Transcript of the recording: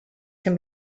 can